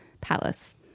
Palace